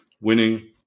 winning